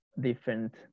different